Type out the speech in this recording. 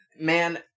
Man